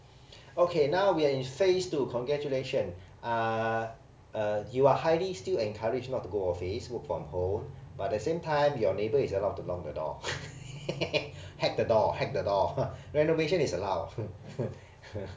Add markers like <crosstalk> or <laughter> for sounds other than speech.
okay now we are in phase two congratulation ah uh you are highly still encouraged not to go office work from home but at the same time your neighbour is allowed to knock the door <laughs> heck the door heck the door renovation is allowed <laughs>